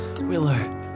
Willow